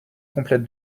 complète